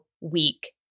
week